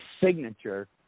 signature